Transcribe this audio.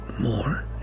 more